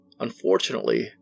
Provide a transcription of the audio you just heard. Unfortunately